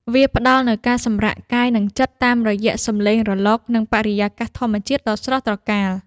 វាផ្ដល់នូវការសម្រាកកាយ និងចិត្ត តាមរយៈសម្លេងរលក និងបរិយាកាសធម្មជាតិដ៏ស្រស់ត្រកាល។